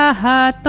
ah her